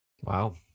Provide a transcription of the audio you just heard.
Wow